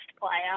player